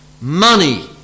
money